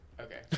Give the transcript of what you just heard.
Okay